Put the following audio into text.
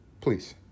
Please